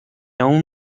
aun